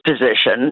position